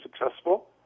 successful